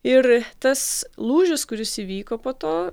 ir tas lūžis kuris įvyko po to